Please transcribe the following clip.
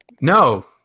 no